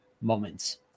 moments